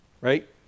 right